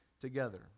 together